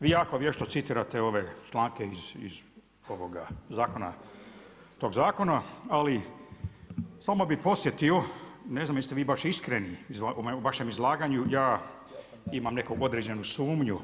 Vi jako vješto citirate ove članke iz tog zakona ali samo bi podsjetio, ne znam jeste li vi baš iskreni u vašem izlaganju, ja imamo neku određenu sumnju.